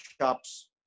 shops